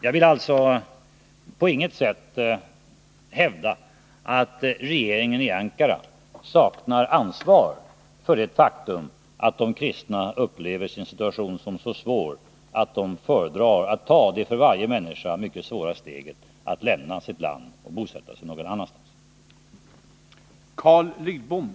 Jag vill alltså på inget sätt hävda att regeringen i Ankara saknar ansvar för det faktum att de kristna upplever sin situation som så svår att de föredrar att ta det för varje människa mycket svåra steget att lämna sitt land och bosätta sig någon annanstans.